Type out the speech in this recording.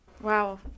wow